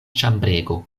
ĉambrego